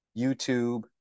YouTube